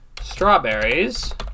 strawberries